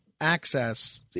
access